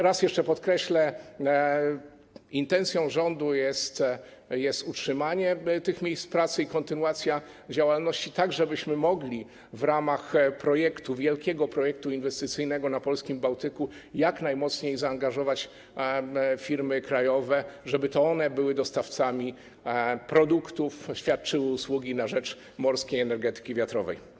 Raz jeszcze podkreślę: intencją rządu jest utrzymanie tych miejsc pracy i kontynuacja działalności, żebyśmy mogli w ramach wielkiego projektu inwestycyjnego na polskim Bałtyku jak najmocniej zaangażować firmy krajowe, żeby to one były dostawcami produktów i świadczyły usługi na rzecz morskiej energetyki wiatrowej.